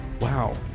Wow